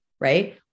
right